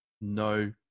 No